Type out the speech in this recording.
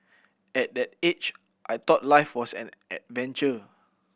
at that age I thought life was an adventure